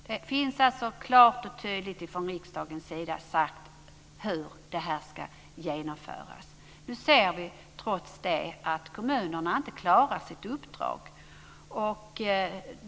Det är alltså klart och tydligt sagt från riksdagens sida hur detta ska genomföras. Nu ser vi att kommunerna trots det inte klarar sitt uppdrag.